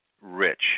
Rich